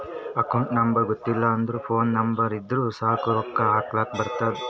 account number ಗೊತ್ತಿಲ್ಲ ಅಂದುರ್ phone number ಇದ್ದುರ್ ಸಾಕ್ ರೊಕ್ಕಾ ಹಾಕ್ಲಕ್ ಬರ್ತುದ್